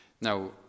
now